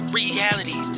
reality